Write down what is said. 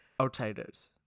outsiders